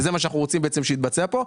וזה מה שאנחנו רוצים בעצם שהתבצע פה,